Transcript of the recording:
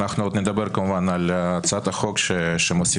אנחנו עוד נדבר כמובן על הצעת החוק שמוסיפה